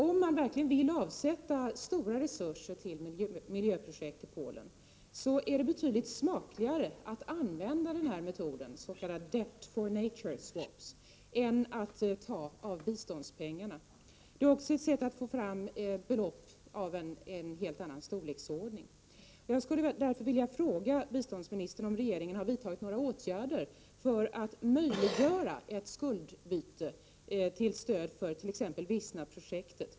Om man verkligen vill avsätta stora resurser till miljöprojekt i Polen, är det betydligt smakligare att använda denna metod, s.k. debt-for-natureswaps, än att ta av biståndspengarna. Det är också ett sätt att få fram belopp av en helt annan storleksordning. några åtgärder för att möjliggöra ett skuldbyte till stöd för t.ex. Wista-projektet.